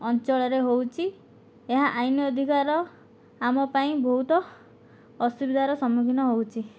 ଅଞ୍ଚଳରେ ହେଉଛି ଏହା ଆଇନ୍ ଅଧିକାର ଆମ ପାଇଁ ବହୁତ ଅସୁବିଧାର ସମ୍ମୁଖୀନ ହେଉଛି